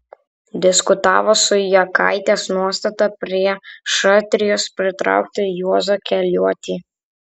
diskutavo su jakaitės nuostata prie šatrijos pritraukti juozą keliuotį